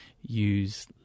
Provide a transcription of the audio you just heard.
use